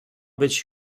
być